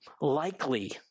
likely